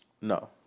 No